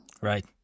Right